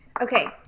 Okay